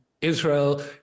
Israel